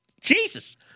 Jesus